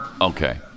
Okay